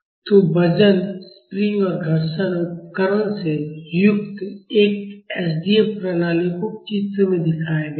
तो वजन स्प्रिंग और घर्षण उपकरण से युक्त एक एसडीएफ प्रणाली को चित्र में दिखाया गया है